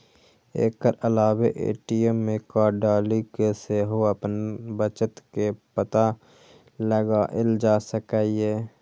एकर अलावे ए.टी.एम मे कार्ड डालि कें सेहो अपन बचत के पता लगाएल जा सकैए